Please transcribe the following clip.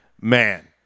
man